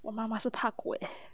我妈妈是怕鬼